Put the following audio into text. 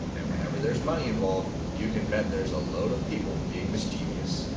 and whenever there's money involved, you can bet there's a load of people being mischievousness.